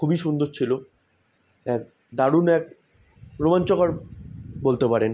খুবই সুন্দর ছিল এক দারুণ এক রোমাঞ্চকর বলতে পারেন